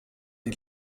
die